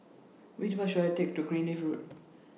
Which Bus should I Take to Greenleaf Road